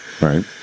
Right